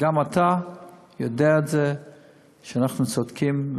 וגם אתה יודע שאנחנו צודקים.